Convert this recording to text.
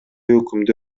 өкүмдү